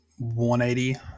180